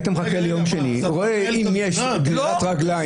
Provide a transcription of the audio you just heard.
היית מחכה ליום שני, רואה אם יש גרירת רגליים.